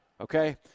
Okay